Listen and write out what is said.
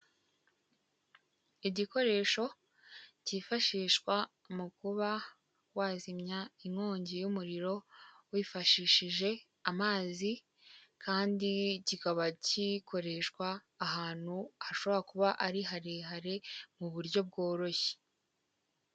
Igikoresho cyifashishwa mu kuba wazimya inkongi y'umuriro, wifashishije amazi kandi kikaba gikoreshwa ahantu hashobora kuba ari harehare mu buryo bworoshye.